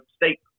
state